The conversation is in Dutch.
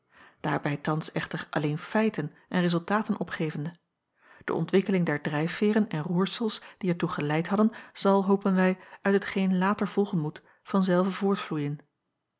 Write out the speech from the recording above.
daarbij thans echter alleen feiten en rezultaten opgevende de ontwikkeling der drijfveêren en roersels die er toe geleid hadden zal hopen wij uit hetgeen later volgen moet